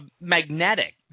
magnetic